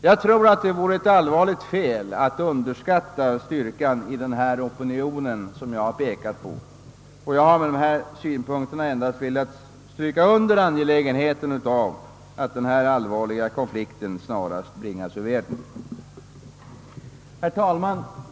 Jag tror att det vore ett allvarligt fel att underskatta styrkan av den av mig nämnda opinionen. Med dessa synpunkter har jag endast velat understryka angelägenheten av att denna allvarliga konflikt snarast bringas ur världen. Herr talman!